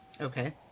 Okay